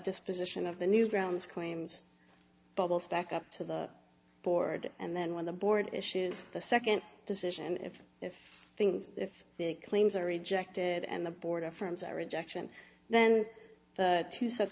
disposition of the new grounds claims bubbles back up to the board and then when the board issues the second decision and if if things if the claims are rejected and the board affirms a rejection then the two sets